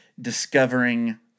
discovering